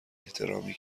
احترامی